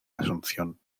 asunción